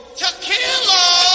tequila